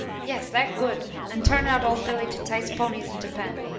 yes, that good. and turn out old billy to tice ponies into pen,